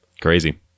crazy